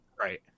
Right